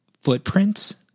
footprints